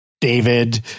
David